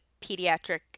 pediatric